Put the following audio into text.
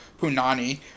punani